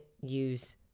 use